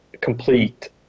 complete